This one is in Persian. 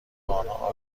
آنها